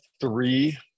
three